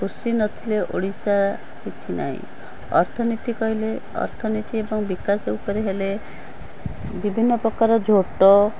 କୃଷି ନଥିଲେ ଓଡ଼ିଶା କିଛି ନାହିଁ ଅର୍ଥନୀତି କହିଲେ ଅର୍ଥନୀତି ଏବଂ ବିକାଶ ଉପରେ ହେଲେ ବିଭିନ୍ନ ପ୍ରକାର ଝୋଟ